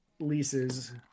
leases